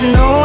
no